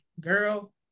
girl